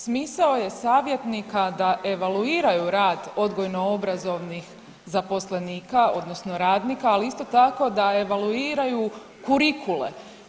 Smisao je savjetnika da evaluiraju rad odgojno-obrazovnih zaposlenika odnosno radnika, ali isto tako da evaluiraju kurikule.